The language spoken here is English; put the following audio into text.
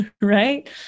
right